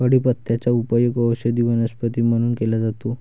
कढीपत्त्याचा उपयोग औषधी वनस्पती म्हणून केला जातो